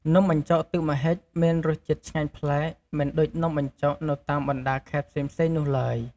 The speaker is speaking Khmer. នំបញ្ចុកទឹកម្ហិចមានរសជាតិឆ្ងាញ់ប្លែក មិនដូចនំបញ្ចុក នៅតាមបណ្ដាខេត្តផ្សេងៗនោះឡើយ ។